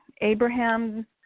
Abraham